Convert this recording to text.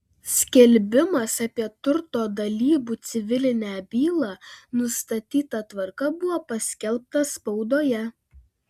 skelbimas apie turto dalybų civilinę bylą nustatyta tvarka buvo paskelbtas spaudoje